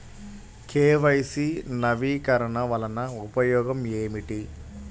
KYC నవీకరణ వలన ఉపయోగం ఏమిటీ?